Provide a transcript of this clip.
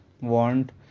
want